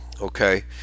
okay